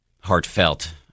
heartfelt